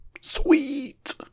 sweet